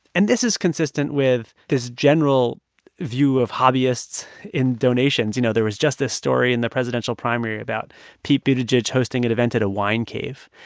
and this is consistent with this general view of hobbyists in donations. you know, there was just this story in the presidential primary about pete buttigieg hosting an event at a wine cave.